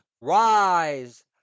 rise